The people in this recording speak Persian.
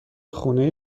خونه